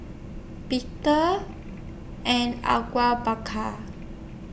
Peter and Bakar